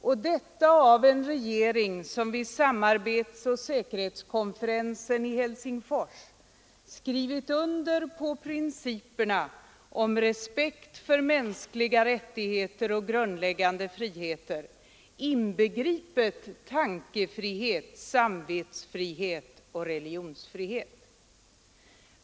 — Och detta av en regering som vid samarbetsoch säkerhetskonferensen i Helsingfors skrivit under på principerna om respekt för mänskliga rättigheter och grundläggande friheter, inbegripet tankefrihet, samvetsfrihet, religionsfrihet.